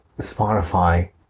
Spotify